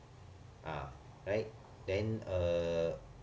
ah right then uh